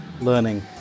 learning